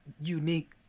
unique